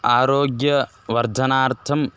आरोग्यवर्धनार्थम्